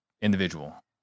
individual